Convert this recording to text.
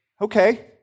okay